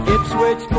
Ipswich